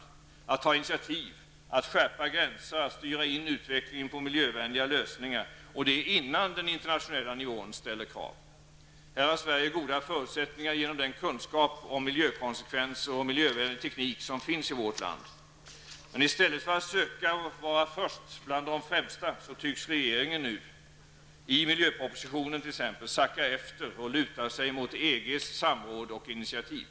Det gäller att ta initiativ, att skärpa gränser och att styra in utvecklingen mot miljövänliga lösningar; och detta innan det på internationell nivå ställs krav. Här har Sverige goda förutsättningar genom den kunskap om miljökonsekvenser och miljövänlig teknik som finns i vårt land. Men i stället för att söka vara först bland de främsta tycks regeringen nu -- det framgår t.ex. av miljöpropositionen -- sacka efter och luta sig mot EGs samråd och initiativ.